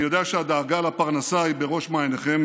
אני יודע שהדאגה לפרנסה היא בראש מעייניכם,